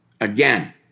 again